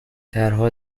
درها